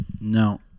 No